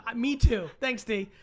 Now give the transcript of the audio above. me too. thanks, dee.